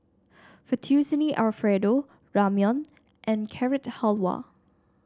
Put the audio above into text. Fettuccine Alfredo Ramyeon and Carrot Halwa